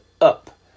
up